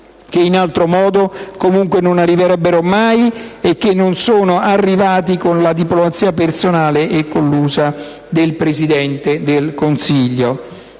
che, in altro modo, comunque non arriverebbero mai, e che non sono arrivati con la diplomazia personale e collusa del Presidente del Consiglio.